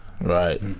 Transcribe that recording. Right